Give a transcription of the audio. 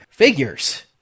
figures